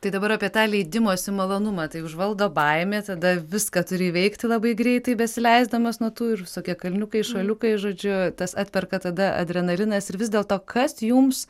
tai dabar apie tą leidimosi malonumą tai užvaldo baimė tada viską turi įveikti labai greitai besileisdamas nuo tų ir visokie kalniukai šuoliukai žodžiu tas atperka tada adrenalinas ir vis dėl to kas jums